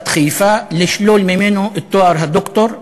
חיפה לשלול ממנו את תואר הדוקטור,